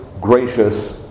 gracious